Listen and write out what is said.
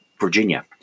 Virginia